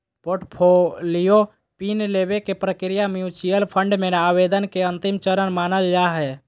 portfolio PIN लेबे के प्रक्रिया म्यूच्यूअल फंड मे आवेदन के अंतिम चरण मानल जा हय